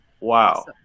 wow